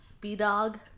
B-dog